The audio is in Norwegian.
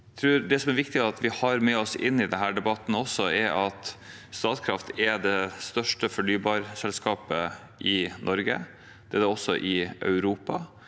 det er viktig at vi har med oss inn i denne debatten at Statkraft er det største fornybarselskapet i Norge, og det er det også i Europa.